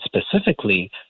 specifically